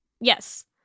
yes